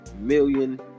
million